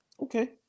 Okay